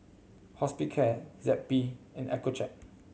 Hospicare Zappy and Accucheck